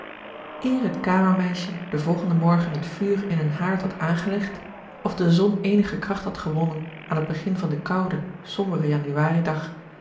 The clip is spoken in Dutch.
het kamermeisje den volgenden morgen het vuur in hun haard had aangelegd of de zon eenige kracht had gewonnen aan het begin van den kouden somberen januaridag